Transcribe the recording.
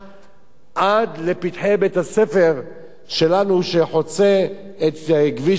עד לפתחי בית-הספר שלנו, שחוצה את כביש מס'